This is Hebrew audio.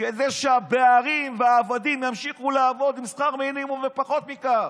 כדי שהפערים והעבדים ימשיכו לעבוד עם שכר מינימום ופחות מכך.